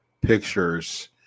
pictures